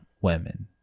women